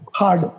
hard